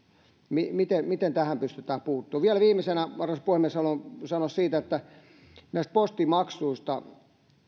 miten miten tähän pystytään puuttumaan vielä viimeisenä arvoisa puhemies haluan sanoa näistä postimaksuista